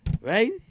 Right